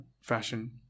fashion